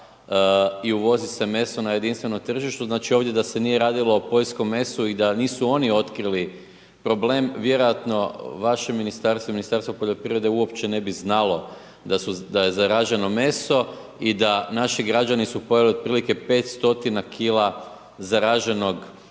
i uvozi se meso na jedinstveno tržištu, znači ovdje da se nije radilo o Poljskom mesu i da nisu oni otkrili problem vjerojatno vaše ministarstvo, Ministarstvo poljoprivrede uopće ne bi znalo da je zaraženo meso i da naši građani su pojeli otprilike 500 kila zareženog